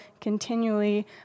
continually